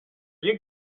you